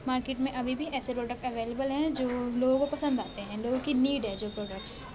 market میں ابھی بھی ایسے پروڈکٹ اویلیبل ہیں جولوگوں کو پسند آتے ہیں لوگوں کی نیڈ ہے جو پروڈکٹس